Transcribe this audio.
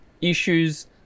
issues